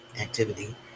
activity